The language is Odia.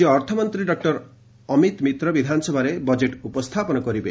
ରାଜ୍ୟ ଅର୍ଥମନ୍ତ୍ରୀ ଡକ୍କର ଅମିତ ମିତ୍ର ବିଧାନସଭାରେ ବଜେଟ୍ ଉପସ୍ଥାପନ କରିବେ